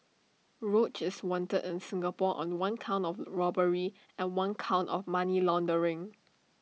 roach is wanted in Singapore on one count of robbery and one count of money laundering